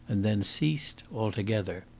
and then ceased altogether.